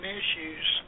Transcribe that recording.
issues